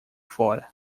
fora